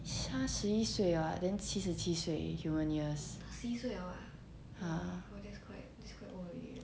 它十一岁了啊 then 七十七岁 human years